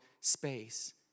space